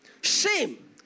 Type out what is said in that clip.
Shame